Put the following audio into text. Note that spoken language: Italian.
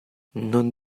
non